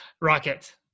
Rocket